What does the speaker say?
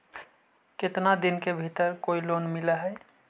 केतना दिन के भीतर कोइ लोन मिल हइ?